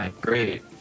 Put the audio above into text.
Great